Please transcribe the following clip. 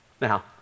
Now